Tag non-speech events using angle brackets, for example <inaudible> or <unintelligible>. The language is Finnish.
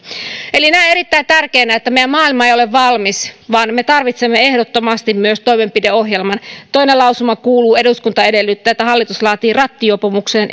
näen erittäin tärkeänä että meidän maailmamme ei ole valmis vaan me tarvitsemme ehdottomasti myös toimenpideohjelman toinen lausuma kuuluu eduskunta edellyttää että hallitus laatii rattijuopumuksen <unintelligible>